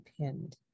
pinned